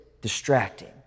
distracting